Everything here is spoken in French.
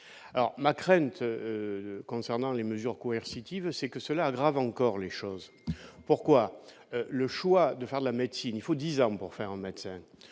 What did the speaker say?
alors ma crainte concernant les mesures courir City veut c'est que cela aggrave encore les choses, pourquoi le choix de faire de la médecine, il faut 10 ans pour faire un match,